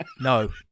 No